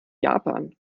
japan